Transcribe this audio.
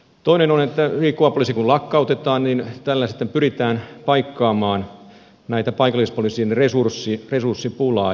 toinen on että kun liikkuva poliisi lakkautetaan niin tällä sitten pyritään paikkaamaan paikallispoliisin resurssipulaa